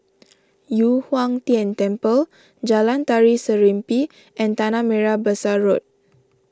Yu Huang Tian Temple Jalan Tari Serimpi and Tanah Merah Besar Road